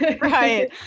Right